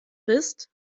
bist